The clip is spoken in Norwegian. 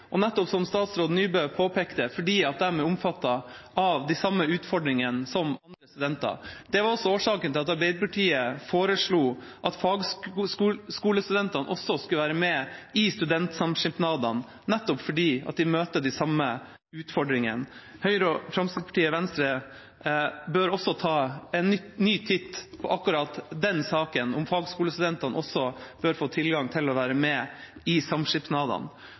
nettopp som statsråd Nybø påpekte, fordi de som studenter er omfattet av de samme utfordringene. Det var årsaken til at Arbeiderpartiet foreslo at fagskolestudentene også skulle være med i studentsamskipnadene, nettopp fordi de møter de samme utfordringene. Høyre, Fremskrittspartiet og Venstre bør også ta en ny titt på akkurat den saken – om fagskolestudentene også bør få tilgang til å være med i samskipnadene.